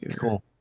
Cool